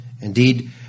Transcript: Indeed